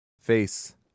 Face